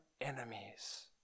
enemies